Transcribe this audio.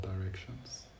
directions